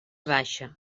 baixa